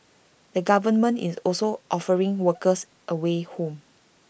the government is also offering workers A way home